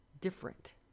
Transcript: different